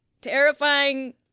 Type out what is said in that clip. terrifying